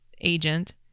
agent